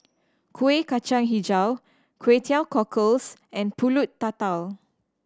Kueh Kacang Hijau Kway Teow Cockles and Pulut Tatal